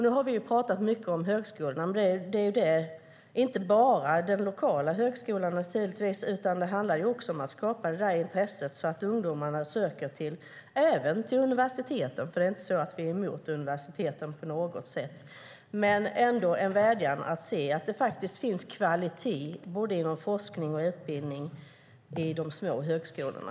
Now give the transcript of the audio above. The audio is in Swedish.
Vi har pratat mycket om högskolan, men det handlar inte bara om den lokala högskolan utan om att skapa ett intresse så att ungdomarna även söker till universiteten. Vi är inte på något sätt emot universiteten. Jag vädjar till ministern att se att det finns kvalitet inom forskning och utbildning i de små högskolorna.